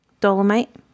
dolomite